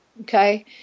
Okay